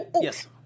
yes